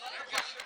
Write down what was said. סליחה, סליחה.